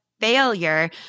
failure